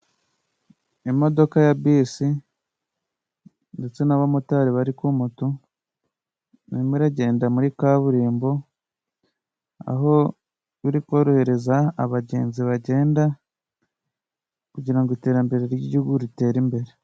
Imodoka ya bisi ndetse n'abamotari bari ku moto. Irimo iragenda muri kaburimbo, aho biri korohereza abagenzi bagenda; kugirango ngo iterambere ry'igihugu ritere imbere.